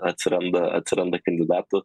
atsiranda atsiranda kandidatų